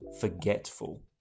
Forgetful